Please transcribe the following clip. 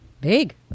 big